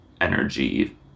energy